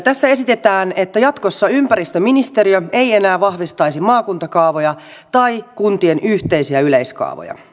tässä esitetään että jatkossa ympäristöministeriö ei enää vahvistaisi maakuntakaavoja tai kuntien yhteisiä yleiskaavoja